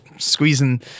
Squeezing